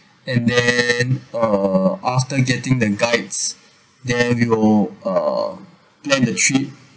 and then uh after getting the guides then we will uh then the trip